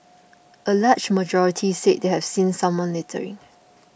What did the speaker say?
a large majority said they have seen someone littering